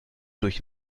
durch